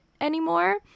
anymore